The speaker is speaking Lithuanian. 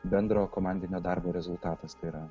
bendro komandinio darbo rezultatas tai yra